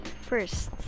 first